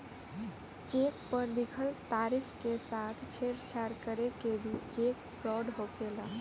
check पर लिखल तारीख के साथ छेड़छाड़ करके भी चेक फ्रॉड होखेला